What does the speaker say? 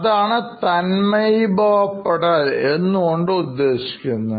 അതാണ് തന്മയിപ്പെടൽഎന്ന് കൊണ്ട്ഉദ്ദേശിക്കുന്നത്